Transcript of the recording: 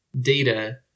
data